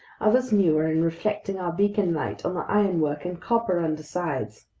others newer and reflecting our beacon light on their ironwork and copper undersides.